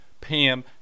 Pam